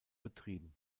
betrieben